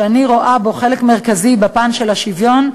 שאני רואה בו חלק מרכזי בפן של השוויון,